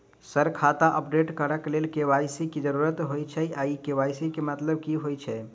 Sir खाता update करऽ लेल के.वाई.सी की जरुरत होइ छैय इ के.वाई.सी केँ मतलब की होइ छैय?